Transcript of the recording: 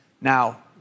Now